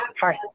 Hi